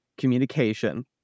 Communication